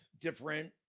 different